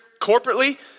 corporately